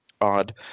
odd